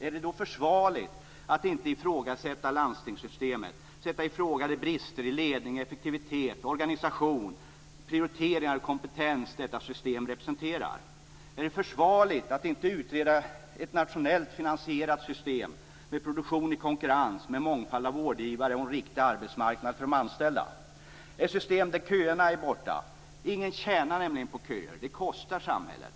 Är det då försvarligt att inte ifrågasätta landstingssystemet, att inte sätta i fråga de brister i ledning, effektivitet, organisation, prioriteringar och kompetens som detta system representerar? Är det försvarligt att inte utreda ett nationellt finansierat system med en produktion i konkurrens, med en mångfald av vårdgivare och med en riktig arbetsmarknad för de anställda - ett system där köerna är borta? Ingen tjänar nämligen på köer, som kostar samhället.